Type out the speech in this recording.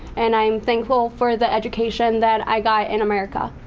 and i'm thankful for the education that i got in america.